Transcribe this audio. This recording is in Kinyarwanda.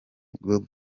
good